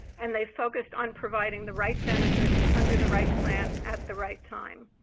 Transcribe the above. and they focused on providing the right benefits under the right plan at the right time.